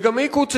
וגם היא קוצצה,